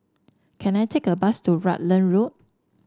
can I take a bus to Rutland Road